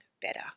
better